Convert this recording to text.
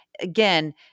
Again